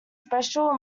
special